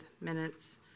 minutes